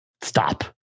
Stop